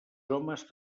homes